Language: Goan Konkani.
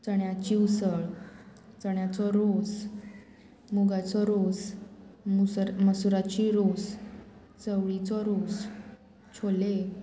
चण्याची उसळ चण्याचो रोस मुगाचो रोस मुसर मसुराची रोस चवळीचो रोस छोले